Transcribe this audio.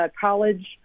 college